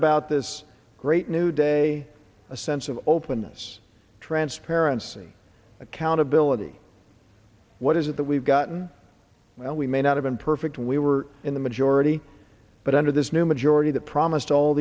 about this great new day a sense of openness transparency accountability what is it that we've gotten well we may not have been perfect we were in the majority but under this new majority that promised all